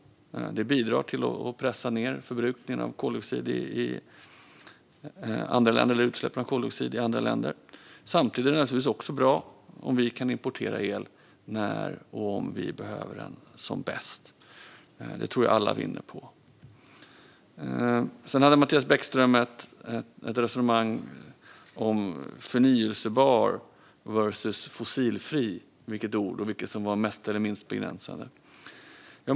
Det bidrar till att pressa ned utsläpp av koldioxid i andra länder. Samtidigt är det naturligtvis också bra om vi kan importera el om och när vi behöver. Det tror jag att alla vinner på. Sedan förde Mattias Bäckström Johansson ett resonemang om förnybar versus fossilfri; vilket som var mest eller minst begränsande.